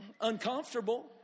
uncomfortable